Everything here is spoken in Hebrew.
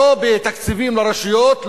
לא בתקציבים לרשויות,